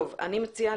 אני מציעה,